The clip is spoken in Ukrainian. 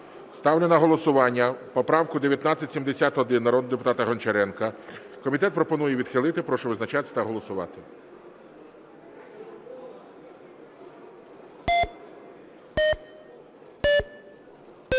Ставлю на голосування поправку 1971 народного депутата Гончаренка. Комітет пропонує відхилити. Прошу визначатись та голосувати.